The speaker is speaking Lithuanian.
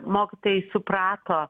mokytojai suprato